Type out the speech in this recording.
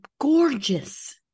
gorgeous